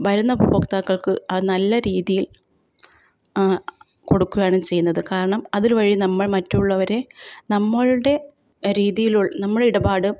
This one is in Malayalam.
വരുന്ന ഉപഭോക്താക്കൾക്ക് അതു നല്ല രീതിയിൽ കൊടുക്കുകയാണ് ചെയ്യുന്നത് കാരണം അതിൽ വഴി നമ്മൾ മറ്റുള്ളവരെ നമ്മളുടെ രീതിയിലുൾ നമ്മുടെ ഇടപാട്